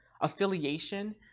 affiliation